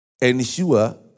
ensure